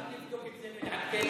אפשר לבדוק את זה ולעדכן אותי?